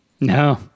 No